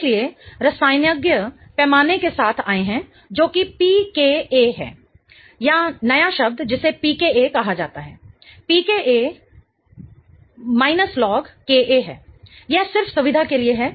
इसलिए रसायनज्ञ पैमाने के साथ आए हैं जो कि pKa है या नया शब्द जिसे pKa कहा जाता है pKa log Ka यह सिर्फ सुविधा के लिए है